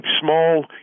small